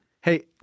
Hey